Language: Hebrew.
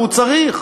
והוא צריך,